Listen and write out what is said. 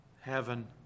Heaven